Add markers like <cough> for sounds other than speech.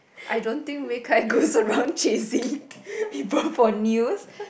I don't think Wei Kai goes around chasing <laughs> people for news